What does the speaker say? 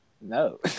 No